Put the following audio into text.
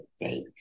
date